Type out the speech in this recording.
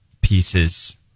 pieces